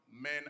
men